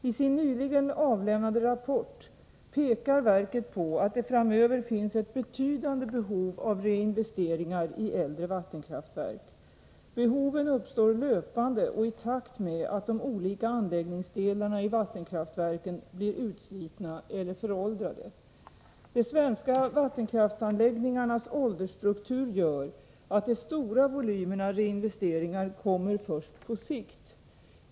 I sin nyligen avlämnade rapport pekar verket på att det framöver finns ett betydande behov av reinvesteringar i äldre vattenkraftverk. Behoven uppstår löpande och i takt med att de olika anläggningsdelarna i vattenkraftverken blir utslitna eller föråldrade. De svenska vattenkraftsanläggningarnas åldersstruktur gör att de stora volymerna reinvesteringar kommer först på sikt.